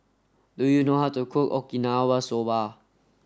do you know how to cook Okinawa soba